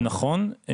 נכון.